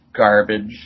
garbage